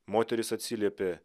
moterys atsiliepė